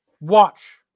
watch